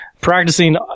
practicing